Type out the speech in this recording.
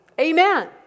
Amen